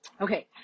Okay